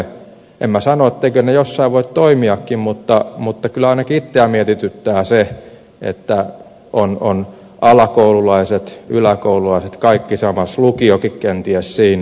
en minä sano etteivätkö ne jossain voi toimiakin mutta kyllä ainakin itseä mietityttää se että alakoululaiset yläkoululaiset ovat kaikki samassa lukiokin kenties siinä